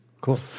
Cool